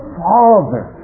father